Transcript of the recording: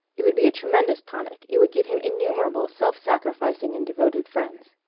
it would be a tremendous tonic, it would give him innumerable self-sacrificing and devoted friends.